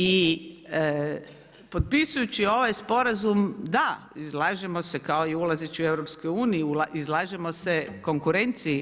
I potpisujući ovaj sporazum da, izlažemo se kao i ulazeći u EU, izlažemo se konkurenciji.